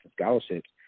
scholarships